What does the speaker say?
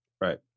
right